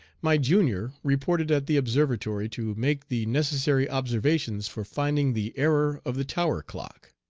my junior reported at the observatory to make the necessary observations for finding the error of the tower clock.